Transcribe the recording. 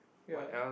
ya